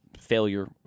failure